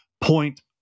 point